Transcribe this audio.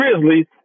Grizzlies